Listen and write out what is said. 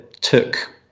took